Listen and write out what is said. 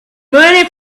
money